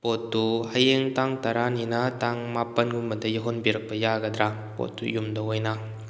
ꯄꯣꯠꯇꯣ ꯍꯌꯦꯡ ꯇꯥꯡ ꯇꯔꯥꯅꯤꯅ ꯇꯥꯡ ꯃꯥꯄꯟꯒꯨꯝꯕꯗ ꯌꯧꯍꯟꯕꯤꯔꯛꯄ ꯌꯥꯒꯗ꯭ꯔꯥ ꯄꯣꯠꯇꯨ ꯌꯨꯝꯗ ꯑꯣꯏꯅ